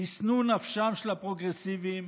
בשנוא נפשם של הפרוגרסיבים,